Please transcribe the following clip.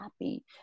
happy